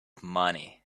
money